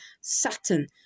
Saturn